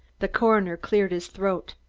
the coroner cleared his throat.